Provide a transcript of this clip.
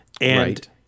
Right